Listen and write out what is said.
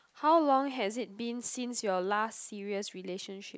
how long has it been since your last serious relationship